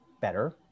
better